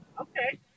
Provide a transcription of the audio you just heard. Okay